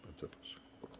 Bardzo proszę.